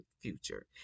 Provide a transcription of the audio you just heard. future